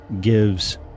gives